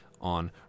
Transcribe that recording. on